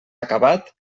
acabat